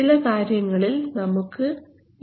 ചില കാര്യങ്ങളിൽ നമുക്ക് ഈ ലൈൻ ഉപയോഗിക്കാം